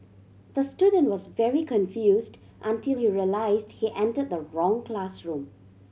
the student was very confused until he realised he entered the wrong classroom